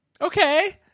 Okay